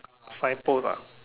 signpost ah